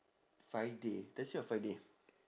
friday thursday or friday